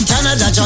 Canada